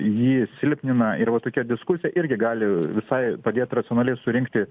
jį silpnina ir va tokia diskusija irgi gali visai padėt racionaliai surinkti